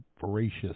voracious